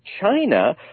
China